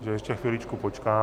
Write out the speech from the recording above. Ještě chviličku počkáme.